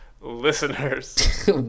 listeners